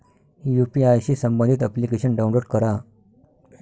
UPI शी संबंधित application download करा